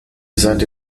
seite